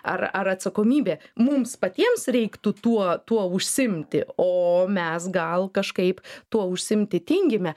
ar ar atsakomybė mums patiems reiktų tuo tuo užsiimti o mes gal kažkaip tuo užsiimti tingime